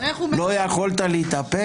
לא יכולת להתאפק?